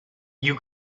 you